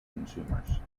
consumers